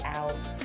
out